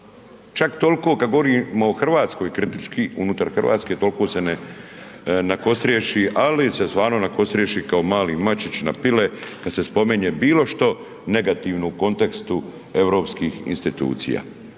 Čak tolko kad govorimo o Hrvatskoj kritički unutar Hrvatske toliko se nakostriješi, ali se stvarno nakostriješi kao mali mačić na pile kad se spominje bilo što negativno u kontekstu europskih institucija.